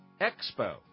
Expo